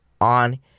on